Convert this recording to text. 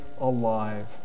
alive